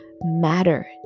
matter